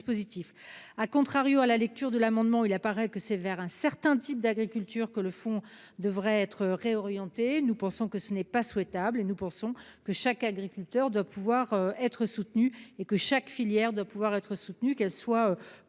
À contrario, à la lecture de l'amendement, il apparaît que c'est vers un certain type d'agriculture que le fonds devraient être réorientés, nous pensons que ce n'est pas souhaitable et nous pensons que chaque agriculteur doit pouvoir être soutenu et que chaque filière doit pouvoir être soutenu qu'elles soient